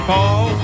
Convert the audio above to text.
Paul